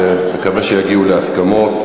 ונקווה שיגיעו להסכמות.